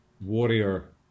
warrior